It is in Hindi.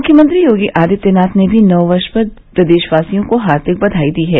मुख्यमंत्री योगी आदित्यनाथ ने भी नववर्ष पर प्रदेशवासियों को हार्दिक बधाई दी है